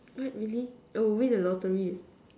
what really I would a lottery eh